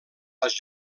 als